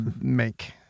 make